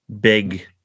big